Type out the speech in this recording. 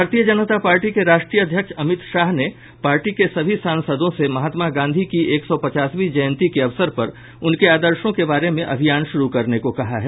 भारतीय जनता पार्टी के राष्ट्रीय अध्यक्ष अमित शाह ने पार्टी के सभी सांसदों से महात्मा गांधी की एक सौ पचासवीं जयंती के अवसर पर उनके आदर्शो के बारे में अभियान शुरू करने को कहा है